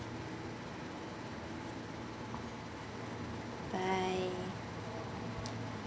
bye